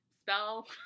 spell